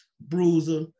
bruiser